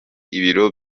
ibiro